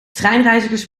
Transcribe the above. treinreizigers